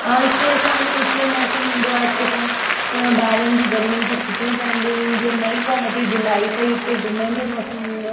औरि हिते असांजे विचलो मौसम हूंदो आहे ॿारनि जी गर्मियुनि जी छुटियूं पवंदियूं आहिनि जीअं मई खां वठी जुलाई ताईं हिते घुमण जो मौसम हूंदो आहे